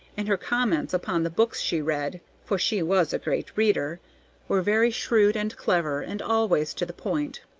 and her comments upon the books she read for she was a great reader were very shrewd and clever, and always to the point.